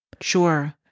Sure